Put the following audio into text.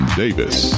davis